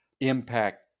impact